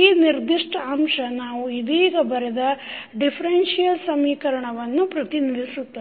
ಈ ನಿರ್ದಿಷ್ಟ ಅಂಶ ನಾವು ಇದೀಗ ಬರೆದ ಡಿಫರೆನ್ಷಿಯಲ್ ಸಮೀಕರಣವನ್ನು ಪ್ರತಿನಿಧಿಸುತ್ತದೆ